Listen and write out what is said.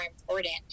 important